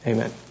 Amen